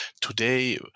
Today